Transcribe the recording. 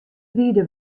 ride